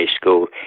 school